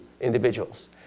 individuals